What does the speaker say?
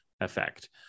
effect